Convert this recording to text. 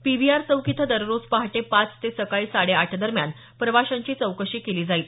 PVR चौक इथं दररोज पहाटे पाच ते सकाळी साडे आठ दरम्यान प्रवाशांची चौकशी केली जाईल